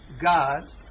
God